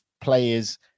players